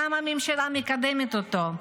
למה הממשלה מקדמת אותו,